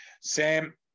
Sam